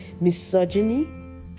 misogyny